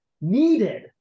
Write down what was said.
needed